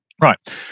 Right